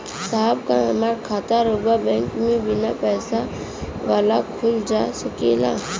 साहब का हमार खाता राऊर बैंक में बीना पैसा वाला खुल जा सकेला?